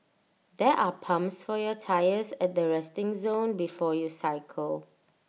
there are pumps for your tyres at the resting zone before you cycle